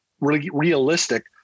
realistic